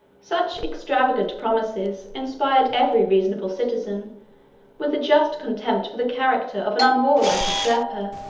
such extravagant promises inspired every reasonable citizen with a just contempt for the character of an unwarlike usurper,